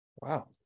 Wow